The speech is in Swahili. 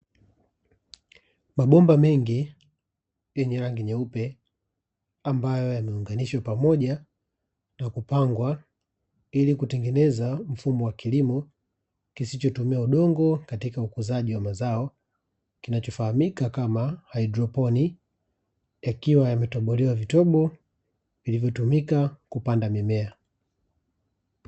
Mabomba mengi yenye rangi nyeupe ambayo yameunganishwa pamoja na kupangwa ili kutengeneza mfumo wa kilimo kisichotumia udongo katika ukuzaji wa mazao kinachofahamika kama haidroponi, yakiwa yametobolewa vitobo vilivyotumika kupanda mimea.